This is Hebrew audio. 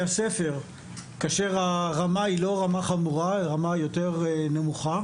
הספר כאשר הרמה היא לא רמה חמורה אלא רמה יותר נמוכה.